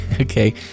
okay